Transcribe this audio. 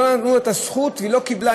לא נתנו לה את הזכות והיא לא קיבלה,